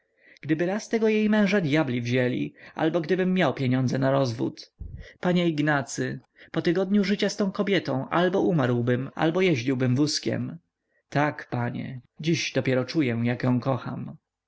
gdyby raz tego jej męża dyabli wzięli albo gdybym miał pieniądze na rozwód panie ignacy po tygodniu życia z tą kobietą albo umarłbym albo jeździłbym wózkiem tak panie dziś dopiero czuję jak ją kocham